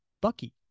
Bucky